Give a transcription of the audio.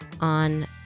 on